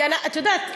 כי את יודעת,